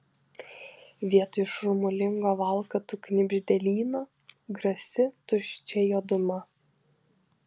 vietoj šurmulingo valkatų knibždėlyno grasi tuščia juoduma